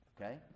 okay